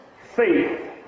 faith